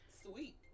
Sweet